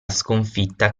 sconfitta